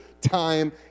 time